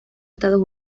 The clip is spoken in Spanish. estados